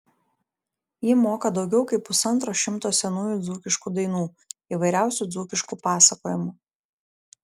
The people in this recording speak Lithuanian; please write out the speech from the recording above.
ji moka daugiau kaip pusantro šimto senųjų dzūkiškų dainų įvairiausių dzūkiškų pasakojimų